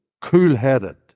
cool-headed